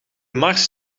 mars